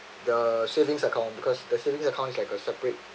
the savings account because the savings account is like a separate